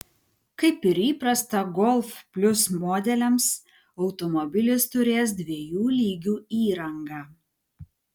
kaip ir įprasta golf plius modeliams automobilis turės dviejų lygių įrangą